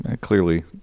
clearly